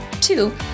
Two